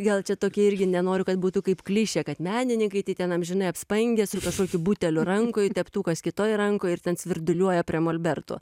gal čia tokia irgi nenoriu kad būtų kaip klišė kad menininkai tai ten amžinai apspangę su kažkokiu buteliu rankoj teptukas kitoj rankoj ir ten svirduliuoja prie molberto